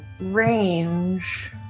Range